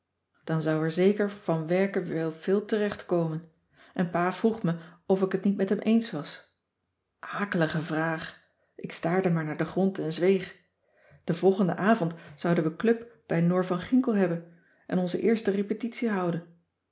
dan zou er zeker van werken wel veel terecht komen en pa vroeg me of ik het niet met hem eens was akelige vraag ik staarde maar naar den grond en zweeg den volgenden avond zouden we club bij noor van ginkel hebben en onze eerste repetitie houden